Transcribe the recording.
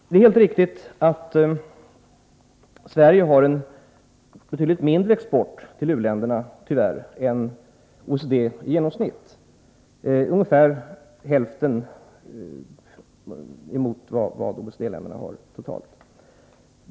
Det är helt riktigt att Sverige har en betydligt mindre export till u-länderna än OECD i genomsnitt — ungefär hälften av vad OECD-länderna har.